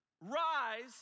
Rise